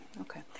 okay